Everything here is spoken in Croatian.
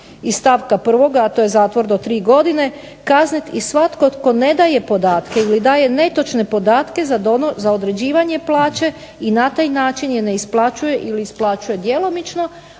iz stavka 1., a to je zatvor do 3 godine, kazniti i svatko tko ne daje podatke ili daje netočne podatke za određivanje plaće i na taj način je ne isplaćuje ili isplaćuje djelomično,